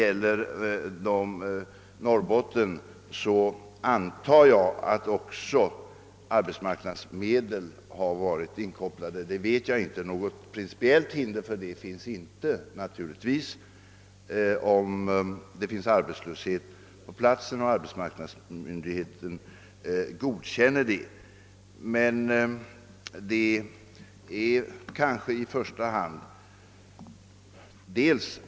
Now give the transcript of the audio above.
Vad Norrbotten beträffar antar jag att också arbetsmarknadsmedel har varit inkopplade; jag vet det visserligen inte säkert, men något principiellt hinder finns naturligtvis inte, om det föreligger arbetslöshet på platsen och arbetsmarknadsmyndigheten ger sitt godkännande.